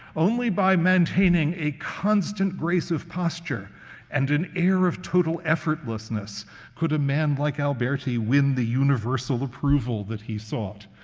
only by maintaining a constant grace of posture and an air of total effortlessness could a man like alberti win the universal approval that he sought.